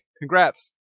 Congrats